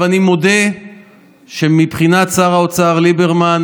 אני מודה שמבחינת שר האוצר ליברמן